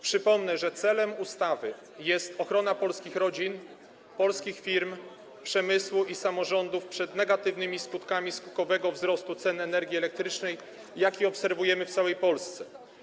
Przypomnę, że celem ustawy jest ochrona polskich rodzin, polskich firm, przemysłu i samorządów przed negatywnymi skutkami skokowego wzrostu cen energii elektrycznej, jaki obserwujemy w całej Polsce.